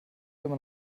immer